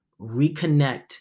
reconnect